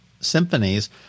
Symphonies